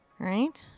right?